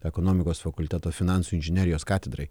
ekonomikos fakulteto finansų inžinerijos katedrai